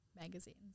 magazines